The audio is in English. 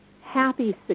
happy